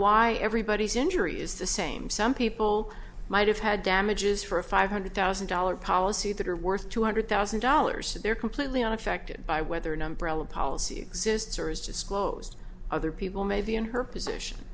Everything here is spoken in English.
why everybody's injury is the same some people might have had damages for a five hundred thousand dollars policy that are worth two hundred thousand dollars and they're completely unaffected by whether number l a policy exists or is disclosed other people may be in her position